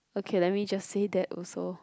okay let me just say that also